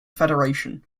federation